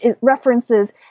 references